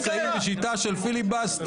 אנחנו נמצאים בשיטה של פיליבסטר.